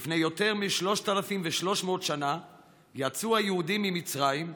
לפני יותר מ-3,300 שנה יצאו היהודים ממצרים,